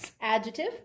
Adjective